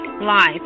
live